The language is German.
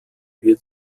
wird